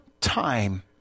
time